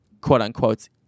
quote-unquote